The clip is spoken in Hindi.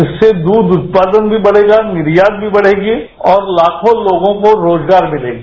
इससे दूध उत्पादन भी बढ़ेगा निर्यात भीबढ़ेगा और लाखों लोगों को रोजगार भी मिलेगा